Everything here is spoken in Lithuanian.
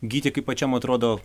gyti kaip pačiam atrodo